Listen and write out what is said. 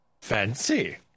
fancy